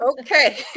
Okay